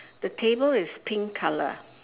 the table is pink colour